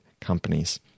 companies